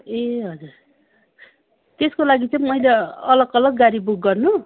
ए हजुर त्यसको लागि चाहिँ मैले अलग अलग गाडी बुक गर्नु